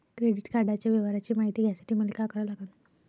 Credit कार्डाच्या व्यवहाराची मायती घ्यासाठी मले का करा लागन?